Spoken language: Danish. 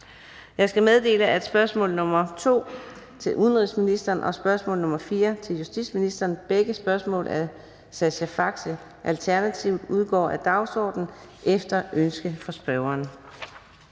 Jeg skal meddele, at spørgsmål nr. 2 til udenrigsministeren (spm. nr. S 853) og spørgsmål nr. 4 til justitsministeren (spm. nr. S 854), begge af Sascha Faxe, Alternativet, udgår af dagsordenen efter ønske fra spørgeren.